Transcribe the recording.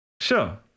Sure